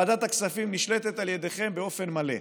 ועדת הכספים נשלטת על ידיכם באופן מלא,